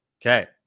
okay